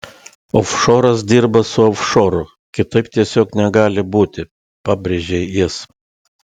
ofšoras dirba su ofšoru kitaip tiesiog negali būti pabrėžė jis